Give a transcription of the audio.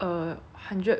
a hundred forty